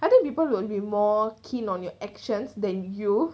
I think people will be more keen on your actions than you